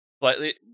Slightly